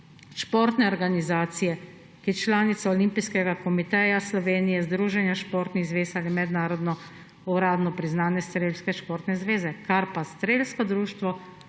športne organizacije, ki je članica Olimpijskega komiteja Slovenije – združenja športnih zvez ali mednarodno uradno priznane Športne strelske zveze, kar pa Strelsko društvo